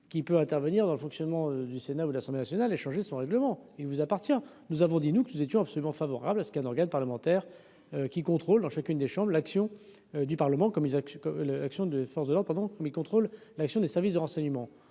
qui peut intervenir dans le fonctionnement du Sénat où l'Assemblée nationale est changé son règlement, il vous appartient. Nous avons dit nous, que nous étions absolument favorable à ce qu'un organe parlementaire qui contrôle dans chacune des chambres de l'action du Parlement comme il a cru que l'action de des forces de dedans, il contrôle l'action des services de renseignement